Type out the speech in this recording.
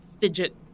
fidget